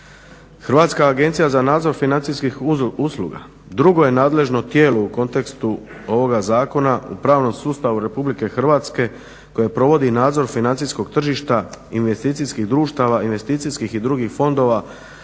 Hrvatska agencija za nadzor financijskih usluga drugo je nadležno tijelo u kontekstu ovoga zakona u pravnom sustavu RH koja provodi nadzor financijskog tržišta i investicijskih društava, investicijskih i drugih fondova,